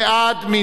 מי נגד?